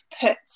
put